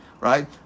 right